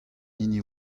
hini